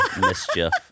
mischief